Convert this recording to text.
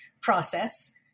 process